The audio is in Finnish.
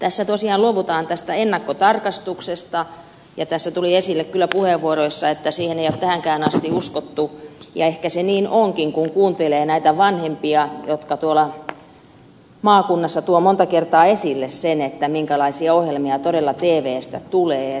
tässä tosiaan luovutaan tästä ennakkotarkastuksesta ja tässä tuli esille kyllä puheenvuoroissa että siihen ei ole tähänkään asti uskottu ja ehkä se niin onkin kun kuuntelee näitä vanhempia jotka tuolla maakunnassa tuovat monta kertaa esille sen minkälaisia ohjelmia todella tvstä tulee